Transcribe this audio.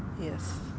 Yes